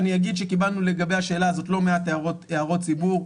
אגיד שקיבלנו לגבי השאלה הזאת לא מעט הערות ציבור,